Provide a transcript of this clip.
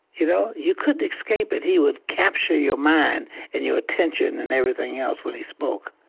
you know? you couldn't escape it. he would capture your mind and your attention and everything else when he spoke.